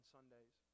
Sundays